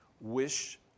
wish